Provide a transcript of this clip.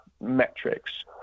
metrics